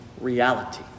reality